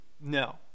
No